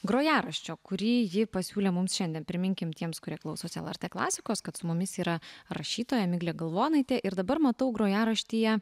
grojaraščio kurį ji pasiūlė mums šiandien priminkim tiems kurie klausosi lrt klasikos kad su mumis yra rašytoja miglė galvonaitė ir dabar matau grojaraštyje